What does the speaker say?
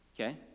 okay